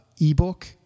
ebook